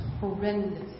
horrendous